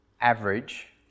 average